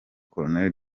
colonel